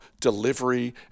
delivery